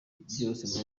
byose